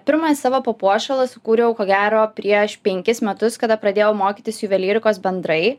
pirmąjį savo papuošalą sukūriau ko gero prieš penkis metus kada pradėjau mokytis juvelyrikos bendrai